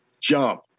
jump